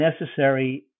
necessary